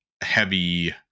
heavy